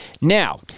Now